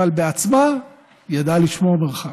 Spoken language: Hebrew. אבל בעצמה היא ידעה לשמור מרחק.